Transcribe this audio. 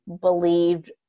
believed